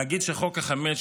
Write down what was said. להגיד שחוק החמץ,